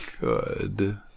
good